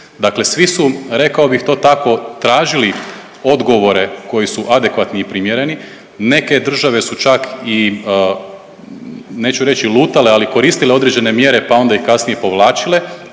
Dakle svi su, rekao bih to tako, tražili odgovore koji su adekvatni i primjereni, neke države su čak i, neću reći lutale, ali koristile određene mjere pa onda ih kasnije povlačile,